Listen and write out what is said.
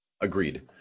Agreed